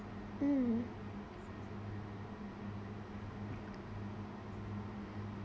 mm